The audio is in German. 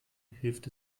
hilft